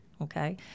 okay